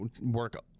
work